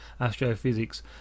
astrophysics